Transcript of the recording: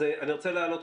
אני רוצה להעלות,